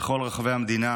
בכל רחבי המדינה